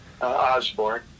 Osborne